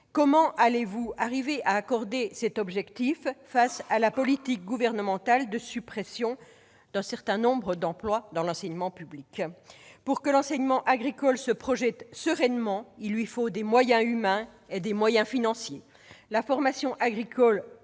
Comment parviendrez-vous à concilier cet objectif avec la politique gouvernementale de suppression d'un certain nombre d'emplois dans l'enseignement public ? Pour que l'enseignement agricole se projette sereinement, il lui faut des moyens humains et financiers. J'en suis